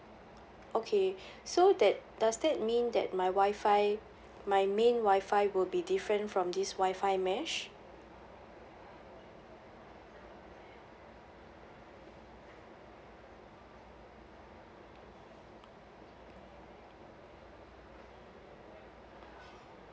okay so that does that mean that my wi-fi my main wi-fi will be different from this wi-fi mesh